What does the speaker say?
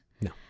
No